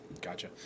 gotcha